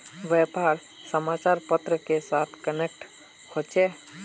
व्यापार समाचार पत्र के साथ कनेक्ट होचे?